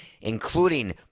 including